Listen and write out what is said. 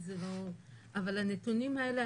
אבל הנתונים האלה,